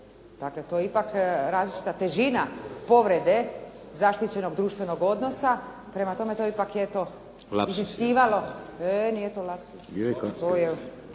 Dakle, to je ipak različita težina povrede zaštićenog društvenog odnosa, prema tome to ipak je, eto iziskivalo … **Šeks, Vladimir (HDZ)** Lapsus.